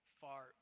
far